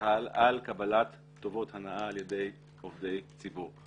החל על קבלת טובות הנאה על ידי עובדי ציבור.